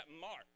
mark